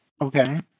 Okay